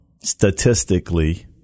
statistically